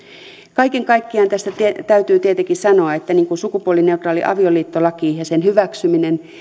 kaiken kaikkiaan tästä täytyy tietenkin sanoa että niin kuin sukupuolineutraali avioliittolaki ja sen hyväksyminen